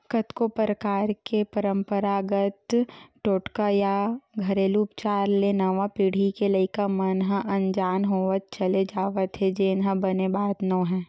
कतको परकार के पंरपरागत टोटका या घेरलू उपचार ले नवा पीढ़ी के लइका मन ह अनजान होवत चले जावत हे जेन ह बने बात नोहय